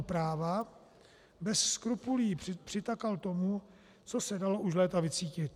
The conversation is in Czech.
Práva bez skrupulí přitakal tomu, co se dalo už léta vycítit.